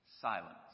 silence